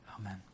Amen